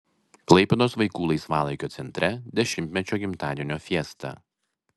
klaipėdos vaikų laisvalaikio centre dešimtmečio gimtadienio fiesta